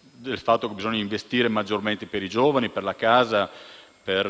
del fatto che bisogna investire maggiormente per i giovani, per la casa e